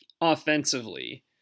offensively